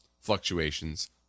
fluctuations